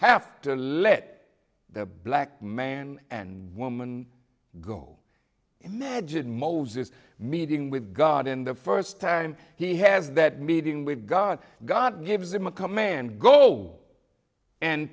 have to let the black man and woman go imagine moses meeting with god in the first time he has that meeting with god god gives him a command go and